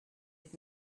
had